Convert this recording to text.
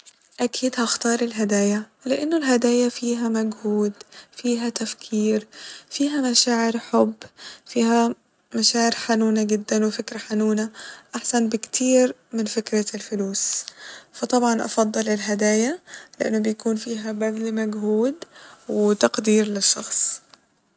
اكيد هختار الهدايا لإنه الهدايا فيها مجهود ، فيها تفكير ، فيها مشاعر حب ، فيها مشاعر حنونة جدا وفكرة حنونة ، احسن بكتير من فكرة الفلوس فطبعا افضل الهدايا لان بيكون فيها بذل مجهود وتقدير للشخص